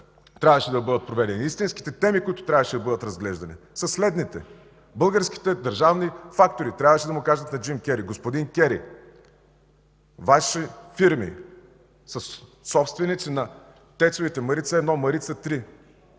трябваше да бъдат проведени, истинските теми, които трябваше да бъдат разглеждани, са следните. Българските държавни фактори трябваше да му кажат на Джон Кери: „Господин Кери, Ваши фирми са собственици на ТЕЦ-овете „Марица 1” и „Марица 3”.